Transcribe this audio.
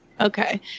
Okay